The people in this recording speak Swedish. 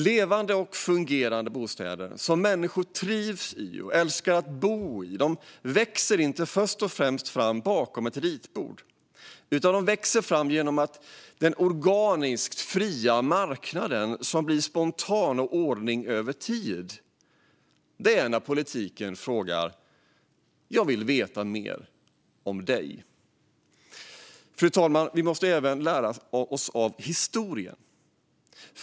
Levande och fungerande bostäder som människor trivs i och älskar att bo i växer inte först och främst fram bakom ett ritbord, utan de växer fram genom den organiskt fria marknaden, som bildar en spontan ordning över tid. Det är när politiken säger: Jag vill veta mer om dig. Fru talman! Vi måste även lära oss av historien.